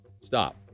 Stop